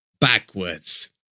backwards